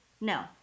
No